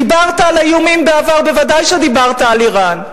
דיברת על האיומים בעבר, ודאי שדיברת על אירן.